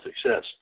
success